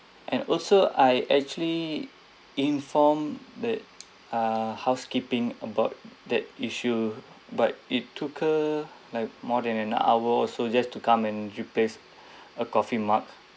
and also I actually inform the uh housekeeping about that issue but it took her like more than an hour so just to come and replace a coffee mug